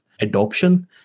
adoption